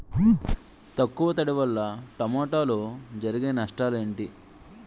తక్కువ తడి వల్ల టమోటాలో జరిగే నష్టాలేంటి?